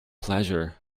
pleasure